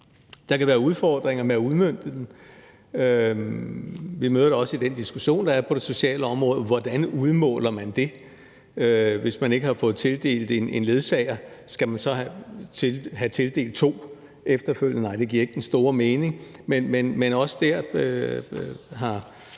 Der kan være udfordringer ved at udmønte den. Vi møder også i den diskussion, der er på det sociale område, spørgsmålet om, hvordan man udmåler det; hvis man ikke har fået tildelt en ledsager, skal man så efterfølgende have tildelt to? Nej, det giver ikke den store mening. Men også der har